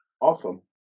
Awesome